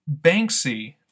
Banksy